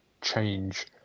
change